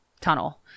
tunnel